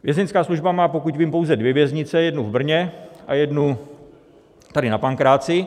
Vězeňská služba má, pokud vím, pouze dvě věznice , jednu v Brně a jednu tady na Pankráci.